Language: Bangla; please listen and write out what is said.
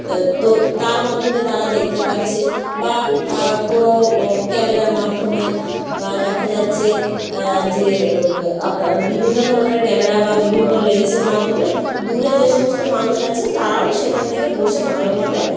তো তার মাধ্যমে তারা দেখতে পাচ্ছে বা কোনো ও ক্যামেরার মাধ্যমে বা দেখা যাচ্ছে যে আপনার বিভিন্ন ধরনের ক্যামেরা বা বিভিন্ন লেন্সের মাধ্যমে দূরে যে সমস্ত মানুষ আছে তারাও সেখানে থেকে বসে ভালোভাবে